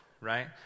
right